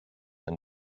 and